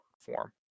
form